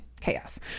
chaos